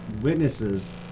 witnesses